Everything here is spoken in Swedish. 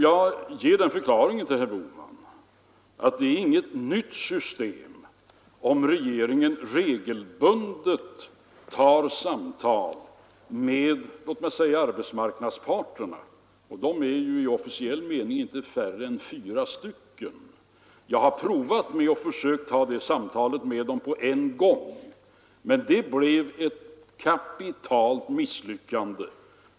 Jag vill svara herr Bohman att det inte är något nytt system, eftersom regeringen regelbundet för samtal med låt mig säga arbetsmarknadens parter — de är i officiell mening inte färre än fyra. Jag har försökt föra sådana samtal med dem alla på en gång, men det blev ett kapitalt misslyckande.